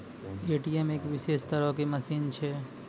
ATM एक विशेष तरहो के मशीन छै